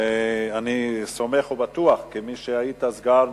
כשאני סמוך ובטוח, כמי שהיה סגן